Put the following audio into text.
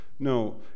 No